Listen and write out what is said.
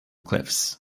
cliffs